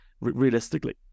Realistically